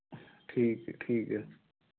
ਠੀਕ ਹੈ ਠੀਕ ਹੈ